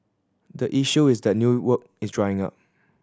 the issue is that new work is drying up